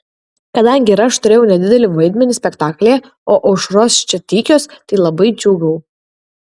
kadangi ir aš turėjau nedidelį vaidmenį spektaklyje o aušros čia tykios tai labai džiūgavau